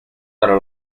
para